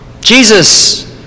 Jesus